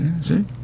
See